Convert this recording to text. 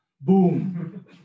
boom